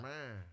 Man